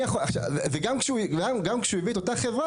וגם כשהוא הביא את אותה חברה,